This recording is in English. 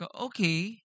Okay